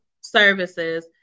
services